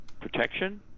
protection